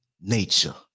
nature